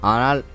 Anal